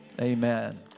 Amen